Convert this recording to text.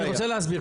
אני רוצה להסביר,